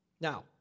Now